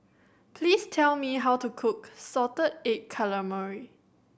please tell me how to cook salted egg calamari